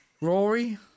Rory